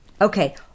Okay